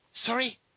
Sorry